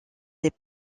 des